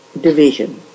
division